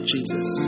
Jesus